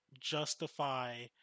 justify